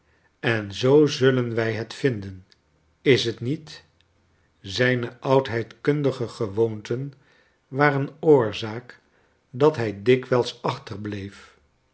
en zoo zullen wij het vinden is hetniet zijne oudheidkundige gewoonten waren oorzaak dat hij dikwijls